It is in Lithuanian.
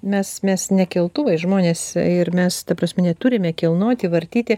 mes mes ne keltuvai žmonės ir mes ta prasme neturime kilnoti vartyti